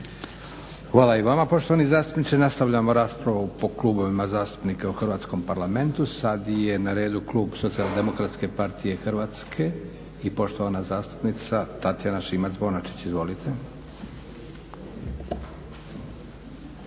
Hvala i vama poštovani zastupniče. Nastavljamo raspravu po klubovima zastupnika u hrvatskom Parlamentu. Sada je na redu klub SDP-a Hrvatske i poštovana zastupnica Tatjana Šimac-Bonačić. Izvolite.